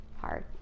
hard